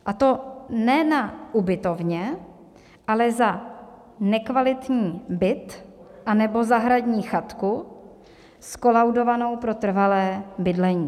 A to ne na ubytovně, ale za nekvalitní byt nebo zahradní chatku zkolaudovanou pro trvalé bydlení.